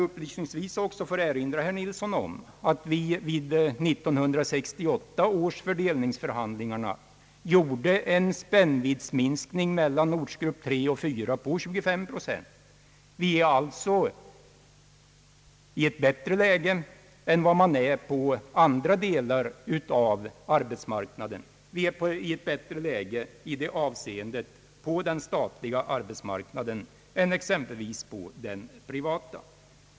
Upplysningsvis kan jag också erinra herr Nilsson om att vi vid 1968 års fördelningsförhandlingar gjorde en spännviddsminskning på 25 procent mellan ortsgrupperna 3 och 4. Vi är i ett bättre läge i detta avseende på den statliga arbetsmarknaden än exempelvis på den privata.